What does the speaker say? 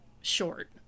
short